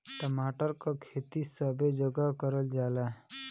टमाटर क खेती सबे जगह करल जाला